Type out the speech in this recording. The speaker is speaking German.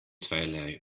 zweierlei